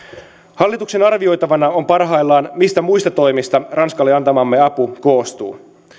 hallituksen arvioitavana on parhaillaan mistä muista toimista ranskalle antamamme apu koostuu